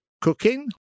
cooking